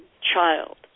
child